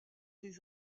des